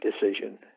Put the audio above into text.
decision